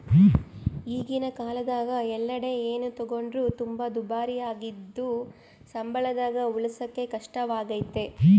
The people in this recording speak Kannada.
ಈಗಿನ ಕಾಲದಗ ಎಲ್ಲೆಡೆ ಏನೇ ತಗೊಂಡ್ರು ತುಂಬಾ ದುಬಾರಿಯಾಗಿದ್ದು ಸಂಬಳದಾಗ ಉಳಿಸಕೇ ಕಷ್ಟವಾಗೈತೆ